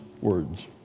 words